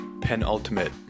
penultimate